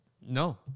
no